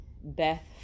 beth